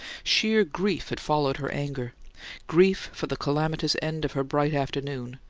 sheer grief had followed her anger grief for the calamitous end of her bright afternoon,